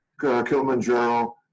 Kilimanjaro